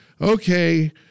okay